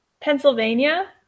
Pennsylvania